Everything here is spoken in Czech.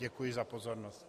Děkuji za pozornost.